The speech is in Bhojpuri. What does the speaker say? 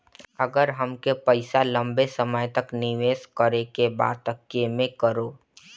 अगर हमके पईसा लंबे समय तक निवेश करेके बा त केमें करों?